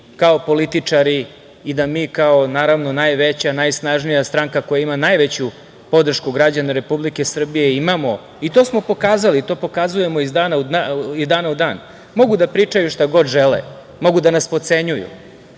kao političari i da mi kao naravno, najveća, najsnažnija stranka koja ima najveću podršku građana Republike Srbije imamo, i to smo pokazali, to pokazujemo iz dana u dan. Mogu da pričaju šta god žele, mogu da nas potcenjuju,